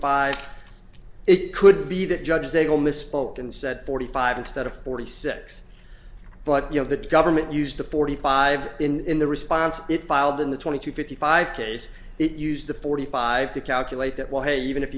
five it could be that judge is able misspoke and said forty five instead of forty six but you know the government used the forty five in the response it filed in the twenty to fifty five case it used the forty five to calculate that will haven if